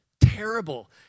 Terrible